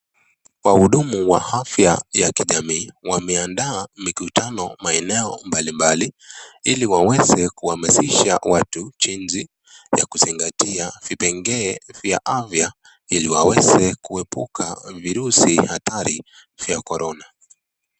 Wahudumu wa afya ya kijamii. Wameandaa mikutano maeneo mbalimbali, ili waweze kuhamasisha watu jinsi ya kuzingatia vipengee vya afya, ili waweze kuepuka virusi hatari vya corona.